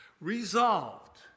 Resolved